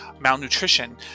malnutrition